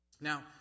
Now